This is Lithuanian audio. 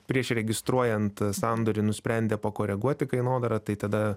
prieš registruojant a sandorį nusprendė pakoreguoti kainodarą tai tada